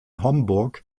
homburg